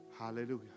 Hallelujah